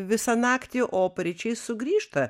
visą naktį o paryčiais sugrįžta